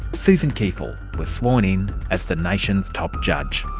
susan kieful was sworn in as the nation's top judge.